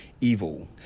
evil